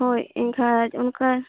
ᱦᱳᱭ ᱮᱱᱠᱷᱟᱱ ᱚᱱᱠᱟ